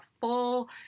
full